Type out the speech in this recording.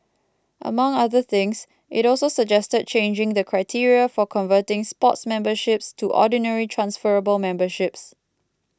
among other things it also suggested changing the criteria for converting sports memberships to ordinary transferable memberships